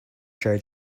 joe